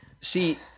See